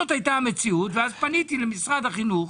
זאת הייתה המציאות ואז פניתי למשרד החינוך.